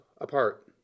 apart